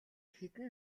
хэдэн